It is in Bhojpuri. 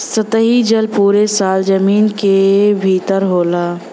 सतही जल पुरे साल जमीन क भितर होला